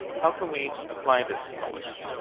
how can we apply this knowledge?